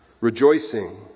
Rejoicing